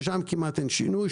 ששם כמעט אין שינוי,